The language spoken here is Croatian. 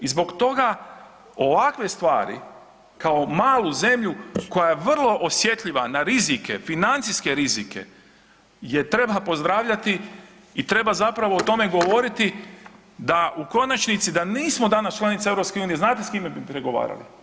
I zbog toga ovakve stvari kao malu zemlju koja je vrlo osjetljiva na rizike, financijske rizike treba pozdravljati i treba o tome govoriti da u konačnici da nismo danas članica EU znate s kime bi pregovarali?